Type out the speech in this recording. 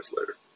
later